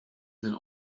den